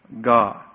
God